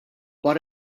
but